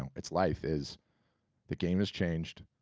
it's life, is the game has changed,